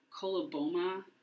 coloboma